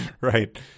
right